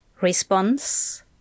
Response